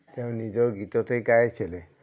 তেওঁৰ নিজৰ গীততেই গাইছিলে